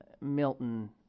Milton